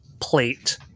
plate